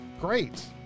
great